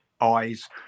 eyes